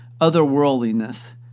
otherworldliness